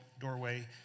doorway